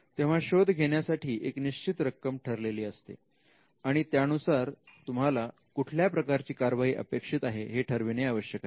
तेव्हा शोध घेण्यासाठी एक निश्चित रक्कम ठरलेली असते आणि त्यानुसार तुम्हाला कुठल्या प्रकारची कार्यवाही अपेक्षित आहे हे ठरविणे आवश्यक आहे